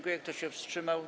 Kto się wstrzymał?